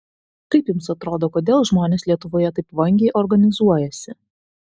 kaip jums atrodo kodėl žmonės lietuvoje taip vangiai organizuojasi